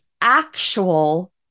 actual